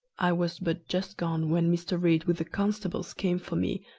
i was but just gone when mr. read, with the constables, came for me,